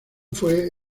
fue